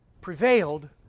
prevailed